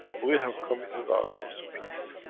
we have committed ourselves to peace.